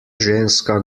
ženska